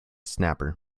snapper